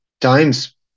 times